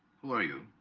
who are you